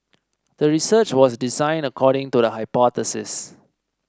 the research was designed according to the hypothesis